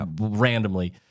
randomly